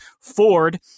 Ford